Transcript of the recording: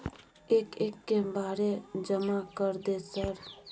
एक एक के बारे जमा कर दे सर?